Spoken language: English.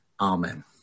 Amen